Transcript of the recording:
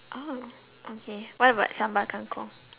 oh okay what about sambal kang-kong